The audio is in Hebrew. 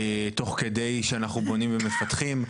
תוך כדי שאנחנו בונים ומפתחים.